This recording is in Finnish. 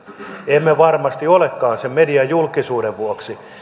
emme varmasti olekaan sen mediajulkisuuden vuoksi